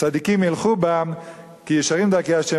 צדיקים ילכו בם כי ישרים דרכי ה',